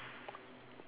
so